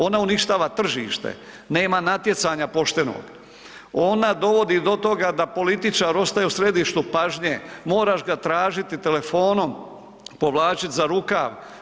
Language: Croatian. Ona uništava tržište, nema natjecanja poštenog, ona dovodi do toga da političar ostaje u središtu pažnje, moraš ga tražiti telefonom, povlačiti za rukav.